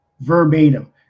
verbatim